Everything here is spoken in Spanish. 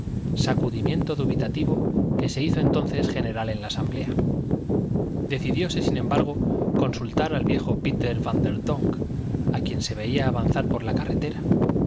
sacudimiento dubitativo que se hizo entonces general en la asamblea decidióse sin embargo consultar al viejo péter vánderdonk a quien se veía avanzar por la carretera